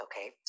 okay